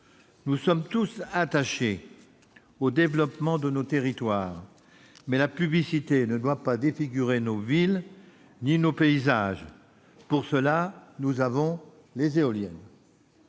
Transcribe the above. nous sommes tous attachés au développement de nos territoires, la publicité ne doit pas non plus défigurer nos villes ni nos paysages ; pour cela, nous avons les éoliennes.